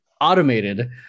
automated